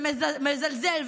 ומזלזל,